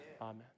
amen